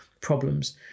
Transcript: problems